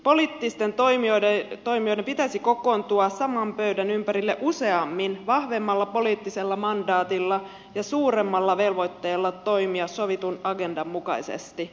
poliittisten toimijoiden pitäisi kokoontua saman pöydän ympärille useammin vahvemmalla poliittisella mandaatilla ja suuremmalla velvoitteella toimia sovitun agendan mukaisesti